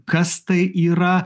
kas tai yra